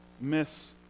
miss